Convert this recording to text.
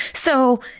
so,